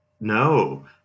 no